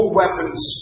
weapons